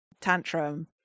tantrum